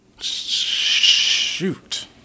Shoot